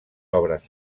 obres